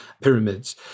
pyramids